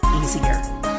easier